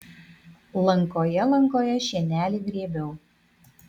lankoje lankoje šienelį grėbiau